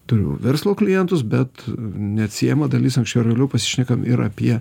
turiu verslo klientus bet neatsiejama dalis anksčiau ar vėliau pasišnekam ir apie